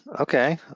Okay